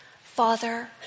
Father